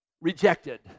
rejected